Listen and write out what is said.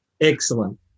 Excellent